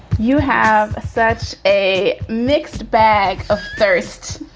you have such a mixed bag of thirst.